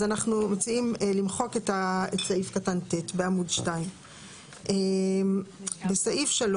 אז אנחנו מציעים למחוק את סעיף קטן (ט) בעמוד 2. בסעיף (3)